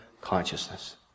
consciousness